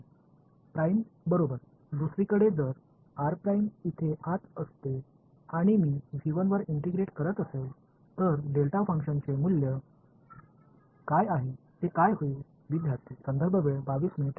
prime மறுபுறம் r இங்கே உள்ளே இருந்தால் நான் ஐ ஒன்றிணைக்கிறேன் என்றால் டெல்டா செயல்பாட்டின் மதிப்பு என்னவாகும்